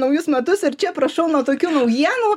naujus metus ir čia prašau nuo tokių naujienų